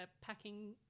packing